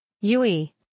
Yui